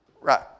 Right